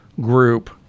group